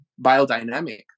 biodynamic